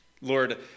Lord